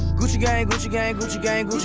gucci gang, gucci gang, gucci gang, gucci